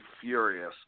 furious